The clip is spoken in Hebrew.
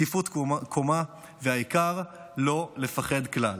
זקיפות קומה, והעיקר, לא לפחד כלל.